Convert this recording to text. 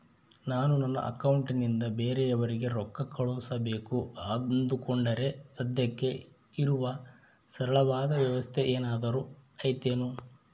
ನಾನು ನನ್ನ ಅಕೌಂಟನಿಂದ ಬೇರೆಯವರಿಗೆ ರೊಕ್ಕ ಕಳುಸಬೇಕು ಅಂದುಕೊಂಡರೆ ಸದ್ಯಕ್ಕೆ ಇರುವ ಸರಳವಾದ ವ್ಯವಸ್ಥೆ ಏನಾದರೂ ಐತೇನು?